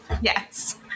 Yes